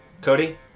Cody